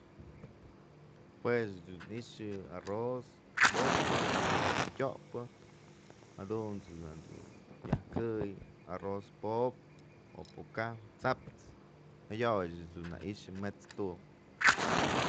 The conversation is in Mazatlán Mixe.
Jue ëch dun ni'ixë yë arroz pop´pë yëdun nak dun ji'im tyopë jaunt's nak dun yaj këy arroz pobë o pë kaj t'saps jayoyëch ëch na i'ixë met'skë tu'u.